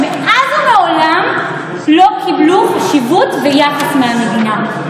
שמאז ומעולם לא קיבלו חשיבות ויחס מהמדינה: